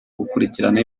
gukurikirana